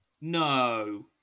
no